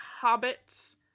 hobbits